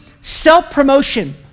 self-promotion